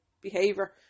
behavior